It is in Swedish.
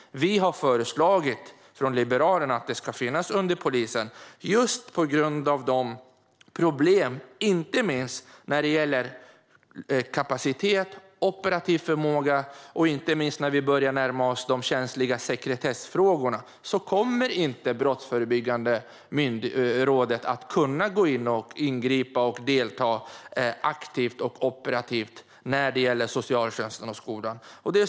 Vi har från Liberalerna föreslagit att den ska finnas under polisen just på grund av de problem som finns, inte minst när det gäller kapacitet och operativ förmåga. När vi börjar närma oss de känsliga sekretessfrågorna kommer inte Brottsförebyggande rådet att kunna ingripa och delta aktivt och operativt när det gäller socialtjänsten och skolan.